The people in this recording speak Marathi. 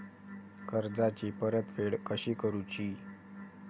कर्जाची परतफेड कशी करुची?